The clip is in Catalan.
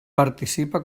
participa